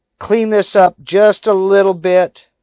clean this up just a little bit.